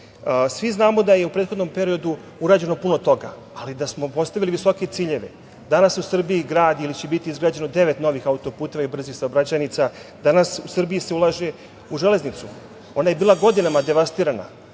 znamo da je u prethodnom periodu urađeno puno toga, ali da smo postavili visoke ciljeve. Danas se u Srbiji gradi ili će biti izgrađeno devet novih autoputeva i brzih saobraćajnica. Danas u Srbiji se ulaže u železnicu. Ona je bila godinama devastirana.